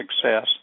success